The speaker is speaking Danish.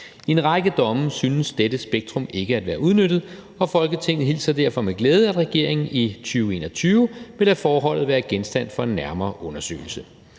I en række domme synes dette spektrum ikke at være udnyttet, og Folketinget hilser derfor med glæde, at regeringen i 2021 vil lade forholdet være genstand for en nærmere undersøgelse.